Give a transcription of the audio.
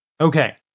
Okay